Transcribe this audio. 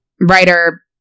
writer